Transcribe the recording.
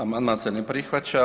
Amandman se ne prihvaća.